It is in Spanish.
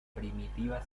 primitiva